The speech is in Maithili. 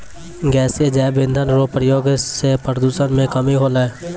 गैसीय जैव इंधन रो प्रयोग से प्रदूषण मे कमी होलै